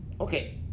Okay